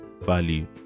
value